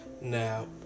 Now